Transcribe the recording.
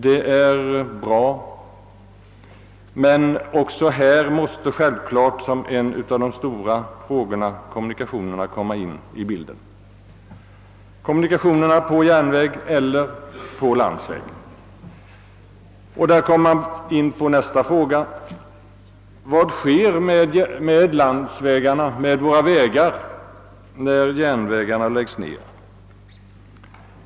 Det är bra, men också härvidlag måste självfallet kommunikationerna — på järnväg eller på landsväg — tagas med i bilden som en av de stora frågorna. Då kommer vi in på nästa spörsmål: Vad sker med våra landsvägar när järnvägarna läggs ned?